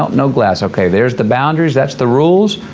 no glass. okay, there's the boundaries, that's the rules.